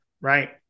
right